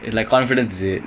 you know the confidence right